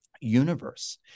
universe